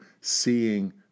seeing